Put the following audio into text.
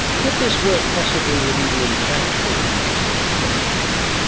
could this work possibly with even intractable cancer such as brain cancer?